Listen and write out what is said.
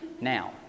Now